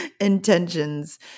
intentions